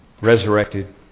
resurrected